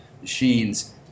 machines